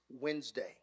Wednesday